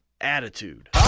Attitude